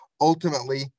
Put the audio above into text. Ultimately